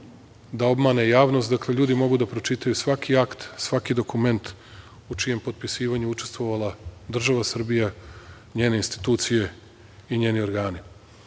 da obmane javnost, dakle, ljudi mogu da pročitaju svaki akt, svaki dokument u čijem potpisivanju je učestvovala država Srbija, njene institucije i njeni organi. Ovo